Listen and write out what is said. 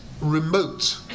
remote